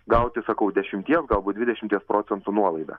gauti sakau dešimties galbūt dvidešimties procentų nuolaidą